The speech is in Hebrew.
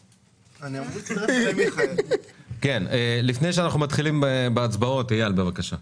לפני שאנחנו מתחילים בהצבעות, אייל לב ארי, בבקשה.